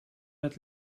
bed